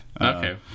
Okay